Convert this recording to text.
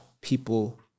people